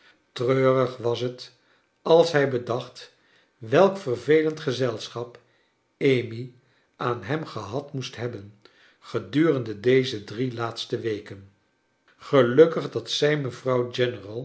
treurig was fc als hij bedacht welk vervelend gezelschap amy aan hem gehad moest hebben gedurende deze drie laatste weken gelukkig dat zij mevrouw